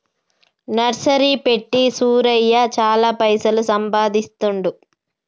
nursery పెట్టి సూరయ్య చాల పైసలు సంపాదిస్తాండు